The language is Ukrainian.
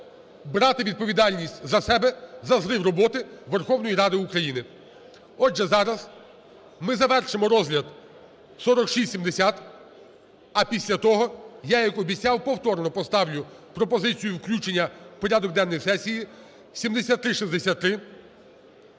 брати відповідальність на себе за зрив роботи Верховної Ради України. Отже, зараз ми завершимо розгляд 4670, а після того я, як обіцяв, повторно поставлю пропозицію включення в порядок денний сесії 7363,